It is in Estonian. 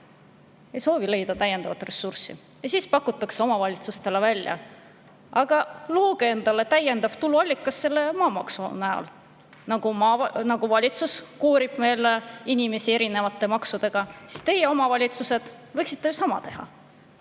ei soovi leida täiendavat ressurssi. Ja siis pakutakse omavalitsustele välja: aga looge endale täiendav tuluallikas maamaksu näol. Valitsus koorib inimesi erinevate maksudega ja teie, omavalitsused, võiksite sama teha.